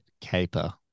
caper